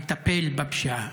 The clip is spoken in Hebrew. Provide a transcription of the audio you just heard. לטפל בפשיעה.